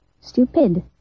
stupid